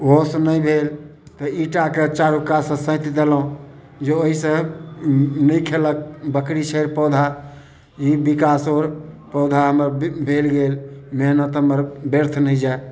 उहोसँ नहि भेल तऽ ईटाके चारू कातसँ सैँत देलहुँ जे ओइसँ नहि खेलक बकरी छेर पौधा ई विकास हो पौधा हमर भेल गेल मेहनत हमर व्यर्थ नहि जाइ